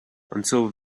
until